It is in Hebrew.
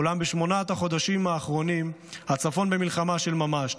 אולם בשמונת החודשים האחרונים הצפון במלחמה של ממש.